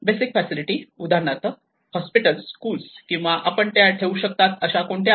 basic facility उदाहरणार्थ hospital school किंवा आपण त्या ठेवू शकता अशा कोणत्या आहेत